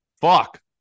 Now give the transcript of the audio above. Fuck